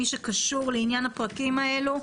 מי שקשור לעניין הפרקים האלה.